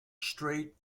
straight